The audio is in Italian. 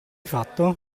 fatto